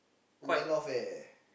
well off leh